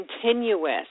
continuous